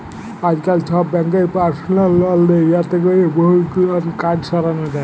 আইজকাল ছব ব্যাংকই পারসলাল লল দেই যাতে ক্যরে বহুত গুলান কাজ সরানো যায়